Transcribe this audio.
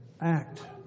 act